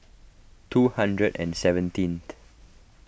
two hundred and seventeenth